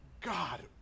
god